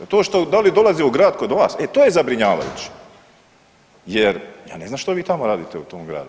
To što, da li dolaze u grad kod vas, e to je zabrinjavajuće jer ja ne znam što vi tamo radite u tom gradu.